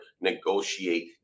negotiate